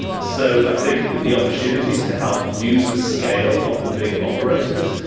so i think that the opportunities to help use the scale of the big operators,